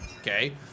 okay